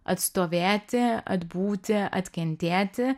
atstovėti atbūti atkentėti